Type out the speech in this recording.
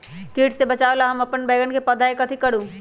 किट से बचावला हम अपन बैंगन के पौधा के कथी करू?